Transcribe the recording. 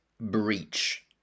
breach